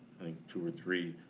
two or three